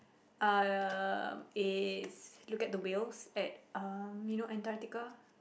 um is look at the whales at um you know Antarctica